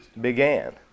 began